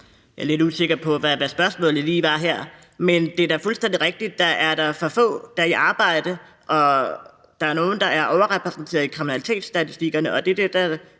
Jeg er lidt usikker på, hvad spørgsmålet lige var her. Men det er da fuldstændig rigtigt, at der er for få, der er i arbejde, og at der er nogle, der er overrepræsenterede i kriminalitetsstatistikkerne, og det er det, vi